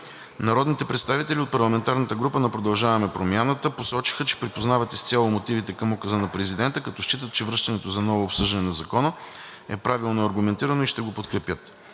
Народните представители от парламентарната група на „Продължаваме Промяната“ посочиха, че припознават изцяло мотивите към Указа на президента, като считат, че връщането за ново обсъждане на Закона е правно аргументирано и ще го подкрепят.